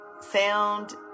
sound